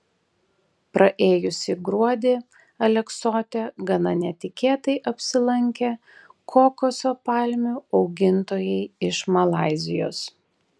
praėjusį gruodį aleksote gana netikėtai apsilankė kokoso palmių augintojai iš malaizijos